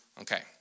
Okay